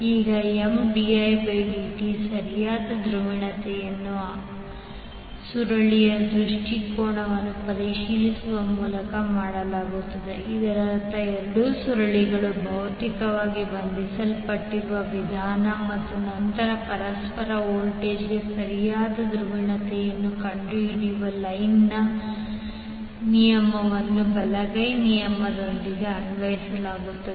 ಈಗ Mdidt ಸರಿಯಾದ ಧ್ರುವೀಯತೆಯ ಆಯ್ಕೆಯು ಸುರುಳಿಯ ದೃಷ್ಟಿಕೋನವನ್ನು ಪರಿಶೀಲಿಸುವ ಮೂಲಕ ಮಾಡಲಾಗುತ್ತದೆ ಇದರರ್ಥ ಎರಡೂ ಸುರುಳಿಗಳು ಭೌತಿಕವಾಗಿ ಬಂಧಿಸಲ್ಪಟ್ಟಿರುವ ವಿಧಾನ ಮತ್ತು ನಂತರ ಪರಸ್ಪರ ವೋಲ್ಟೇಜ್ಗೆ ಸರಿಯಾದ ಧ್ರುವೀಯತೆಯನ್ನು ಕಂಡುಹಿಡಿಯಲು ಲೆನ್ಜ್ನLenz's ನಿಯಮವನ್ನು ಬಲಗೈ ನಿಯಮದೊಂದಿಗೆ ಅನ್ವಯಿಸುತ್ತದೆ